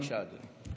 בבקשה, אדוני.